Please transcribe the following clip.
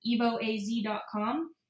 EvoAZ.com